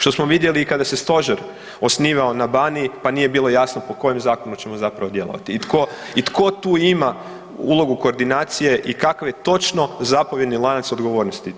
Što smo vidjeli i kada se Stožer osnivao na Baniji, pa nije bilo jasno po kojem Zakonu ćemo zapravo djelovati i tko tu ima ulogu koordinacije i kakav je točno zapovjedni lanac odgovornosti.